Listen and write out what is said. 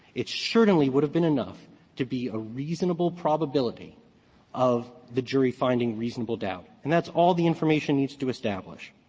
it certainly would have been enough to be a reasonable probability of the jury finding reasonable doubt and that's all the information needs to establish.